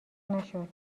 نشد